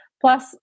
Plus